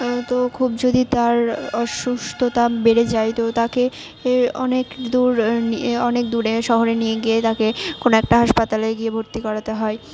তো খুব যদি তার অসুস্থতা বেড়ে যায় তো তাকে এ অনেক দূর অনেক দূরে শহরে নিয়ে গিয়ে তাকে কোনো একটা হাসপাতালে গিয়ে ভর্তি করাতে হয়